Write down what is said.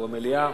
כספים.